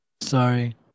Sorry